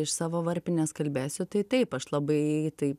iš savo varpinės kalbėsiu tai taip aš labai